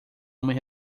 homem